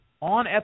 on